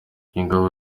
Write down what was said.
ingabo